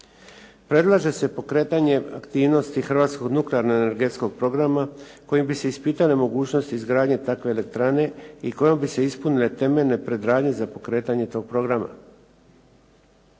Predlaže se pokretanje aktivnost Hrvatskog nuklearnog energetskog programa, kojim bi se ispitale mogućnosti izgradnje takve elektrane i kojom bi se ispunile temeljne predradnje za pokretanje toga programa.